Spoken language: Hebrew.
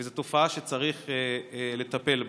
וזו תופעה שצריך לטפל בה.